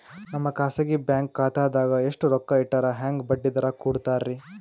ನಮ್ಮ ಖಾಸಗಿ ಬ್ಯಾಂಕ್ ಖಾತಾದಾಗ ಎಷ್ಟ ರೊಕ್ಕ ಇಟ್ಟರ ಹೆಂಗ ಬಡ್ಡಿ ದರ ಕೂಡತಾರಿ?